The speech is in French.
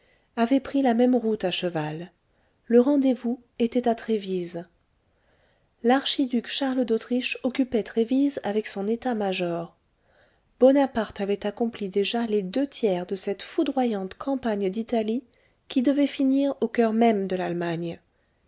avait pris la même route à cheval le rendez-vous était à trévise l'archiduc charles d'autriche occupait trévise avec son état-major bonaparte avait accompli déjà les deux tiers de cette foudroyante campagne d'italie qui devait finir au coeur même de l'allemagne